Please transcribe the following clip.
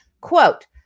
quote